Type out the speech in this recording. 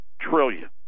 trillion